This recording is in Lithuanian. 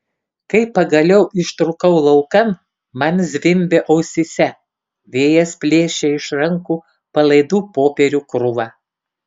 kai pagaliau ištrūkau laukan man zvimbė ausyse vėjas plėšė iš rankų palaidų popierių krūvą